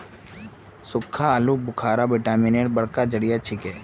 सुक्खा आलू बुखारा विटामिन एर बड़का जरिया छिके